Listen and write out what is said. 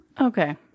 Okay